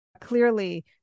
Clearly